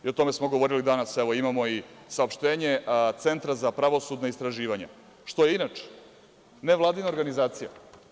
I o tome smo govorili danas, evo imamo i saopštenje Centra za pravosudna istraživanja, što je inače nevladina organizacija.